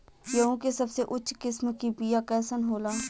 गेहूँ के सबसे उच्च किस्म के बीया कैसन होला?